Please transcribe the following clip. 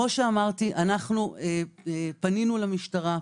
פנינו למשטרה,